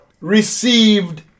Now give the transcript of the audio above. received